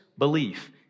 belief